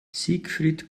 siegfried